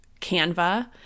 Canva